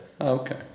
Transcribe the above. Okay